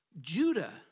Judah